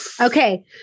okay